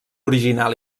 original